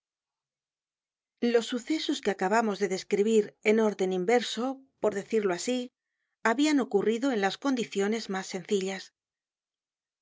los sucesos que acabamos de describir en orden inverso por decirlo asi habian ocurrido en las condiciones mas sencillas